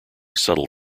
subtle